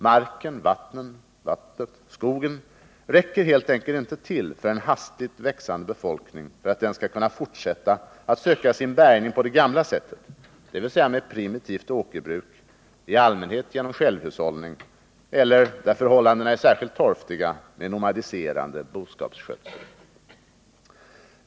Marken, vattnet och skogen räcker helt enkelt inte till för att en hastigt växande befolkning skall kunna fortsätta att söka sin bärgning på det gamla sättet, dvs. med primitivt åkerbruk, i allmänhet genom självhushållning, eller, där förhållandena är särskilt torftiga, med nomadiserande boskapsskötsel.